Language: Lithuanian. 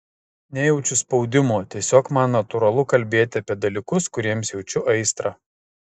nejaučiu spaudimo tiesiog man natūralu kalbėti apie dalykus kuriems jaučiu aistrą